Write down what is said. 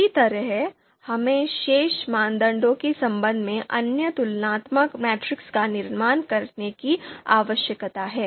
इसी तरह हमें शेष मानदंडों के संबंध में अन्य तुलनात्मक मैट्रिक्स का निर्माण करने की आवश्यकता है